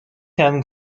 herrn